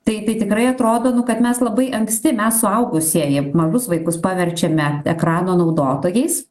tai tai tikrai atrodo nu kad mes labai anksti mes suaugusieji mažus vaikus paverčiame ekrano naudotojais